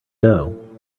doe